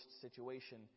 situation